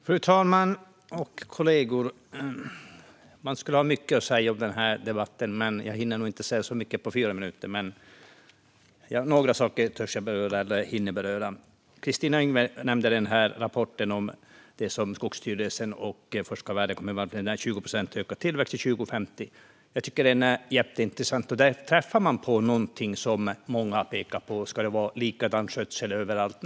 Fru talman och kollegor! Man skulle kunna säga mycket i den här debatten. Jag hinner nog inte säga så mycket på fyra minuter, men några saker ska jag ändå beröra. Kristina Yngwe nämnde rapporten från Skogsstyrelsen och forskarvärlden om en 20-procentigt ökad tillväxt till 2050. Jag tycker att den är jätteintressant. Där träffar man på någonting som många pekar på: Ska det vara likadan skötsel överallt?